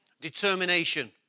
determination